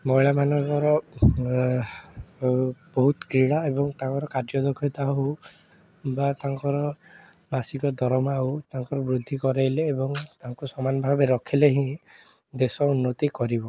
ମହିଳାମାନଙ୍କର ବହୁତ କ୍ରୀଡ଼ା ଏବଂ ତାଙ୍କ କାର୍ଯ୍ୟ ଦକ୍ଷତା ହେଉ ବା ତାଙ୍କର ମାସିକ ଦରମା ହେଉ ତାଙ୍କର ବୃଦ୍ଧି କରେଇଲେ ଏବଂ ତାଙ୍କୁ ସମାନ ଭାବେ ରଖିଲେ ହିଁ ଦେଶ ଉନ୍ନତି କରିବ